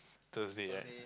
Thursday right